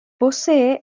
posee